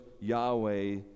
Yahweh